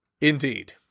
Indeed